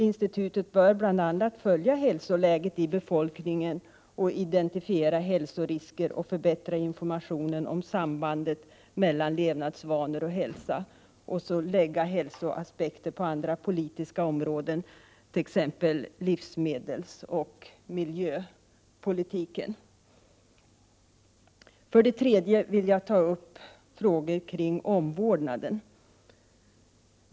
Institutet bör bl.a. följa hälsoläget hos befolkningen, identifiera hälsorisker och förbättra informationen om sambandet mellan levnadsvanor och hälsa samt lägga hälsoaspekter på andra politiska områden, t.ex. livsmedelsoch miljöpolitiken. För det tredje vill jag ta upp frågor kring omvårdnaden.